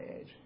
age